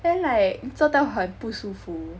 then like 做到很不舒服